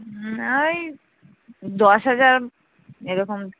হুম ওই দশ হাজার এরকম